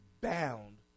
bound